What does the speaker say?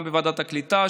גם בוועדת הקליטה,